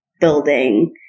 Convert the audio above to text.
building